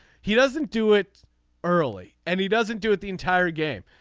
he doesn't do it early and he doesn't do it the entire game.